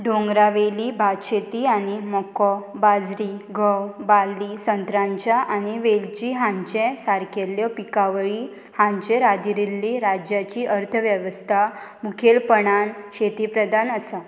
डोंगरा वेली भात शेती आनी मक्को बाजरी गंव बाल्ली संत्रांच्या आनी वेलची हांचे सारकेल्यो पिकावळी हांचे आदारिल्ली राज्याची अर्थवेवस्था मुखेलपणान शेती प्रधान आसा